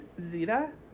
Zeta